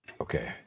Okay